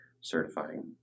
certifying